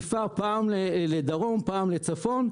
פעם לדרום ופעם לצפון.